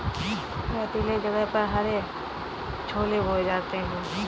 रेतीले जगह पर हरे छोले बोए जा सकते हैं